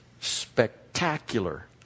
spectacular